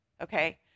Okay